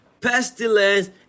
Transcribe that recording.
pestilence